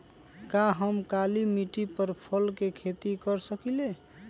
का हम काली मिट्टी पर फल के खेती कर सकिले?